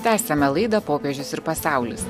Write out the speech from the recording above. tęsiame laidą popiežius ir pasaulis